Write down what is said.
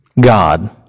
God